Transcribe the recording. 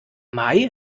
may